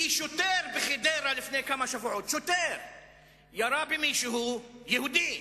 כי שוטר בחדרה לפני כמה שבועות ירה במישהו יהודי,